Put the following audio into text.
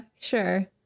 sure